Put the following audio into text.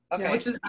Okay